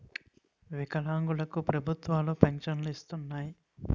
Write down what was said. వికలాంగులు కు ప్రభుత్వాలు పెన్షన్ను ఇస్తున్నాయి